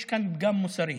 יש כאן פגם מוסרי.